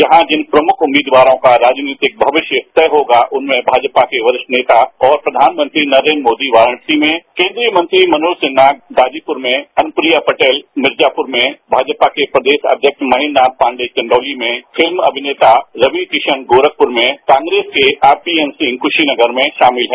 यहां जिन प्रमुख उम्मीदवारों का राजनीतिक भविष्य तय होगा उनमें भाजपा के वरिष्ठ नेता और प्रधानमंत्री वाराणसी में केन्द्रीय मंत्री मनोज सिन्हा गाजीपुर में अनुप्रिया पटेल मिर्जापुर में भाजपा के प्रदेश अध्यक्ष महेन्द्र नाथ पांडे चंदौली में फिल्म अभिनेता रवि किशन गोरखपूर में कांग्रेस के आरएनपी सिंह क्शीनगर में शामिल हैं